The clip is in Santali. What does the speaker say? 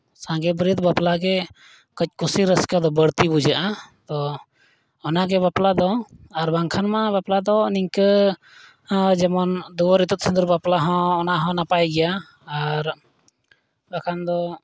ᱥᱟᱸᱜᱮ ᱵᱟᱹᱨᱭᱟᱹᱛ ᱵᱟᱯᱞᱟᱜᱮ ᱠᱟᱹᱡ ᱠᱩᱥᱤ ᱨᱟᱹᱥᱠᱟᱹ ᱫᱚ ᱵᱟᱹᱲᱛᱤ ᱵᱩᱡᱷᱟᱹᱜᱼᱟ ᱛᱚ ᱚᱱᱟᱜᱮ ᱵᱟᱯᱞᱟ ᱫᱚ ᱟᱨ ᱵᱟᱝᱠᱷᱟᱱᱢᱟ ᱵᱟᱯᱞᱟ ᱫᱚ ᱱᱤᱝᱠᱟᱹ ᱡᱮᱢᱚᱱ ᱫᱩᱣᱟᱹᱨ ᱤᱛᱩᱫ ᱥᱤᱸᱫᱩᱨ ᱵᱟᱯᱞᱟ ᱦᱚᱸ ᱚᱱᱟᱦᱚᱸ ᱱᱟᱯᱟᱭ ᱜᱮᱭᱟ ᱟᱨ ᱵᱟᱝ ᱠᱷᱟᱱ ᱫᱚ